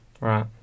Right